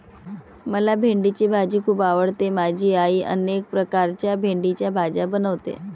मला भेंडीची भाजी खूप आवडते माझी आई अनेक प्रकारच्या भेंडीच्या भाज्या बनवते